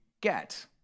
get